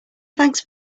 thanks